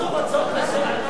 עוברים להצעת חוק הממשלה (תיקון,